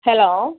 hello